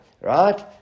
right